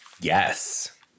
Yes